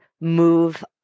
move